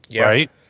right